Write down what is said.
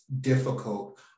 difficult